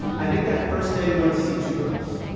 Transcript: i think that first day we went to see two girls